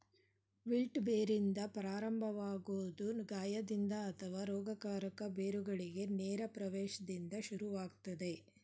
wilt ಬೇರಿಂದ ಪ್ರಾರಂಭವಾಗೊದು ಗಾಯದಿಂದ ಅಥವಾ ರೋಗಕಾರಕ ಬೇರುಗಳಿಗೆ ನೇರ ಪ್ರವೇಶ್ದಿಂದ ಶುರುವಾಗ್ತದೆ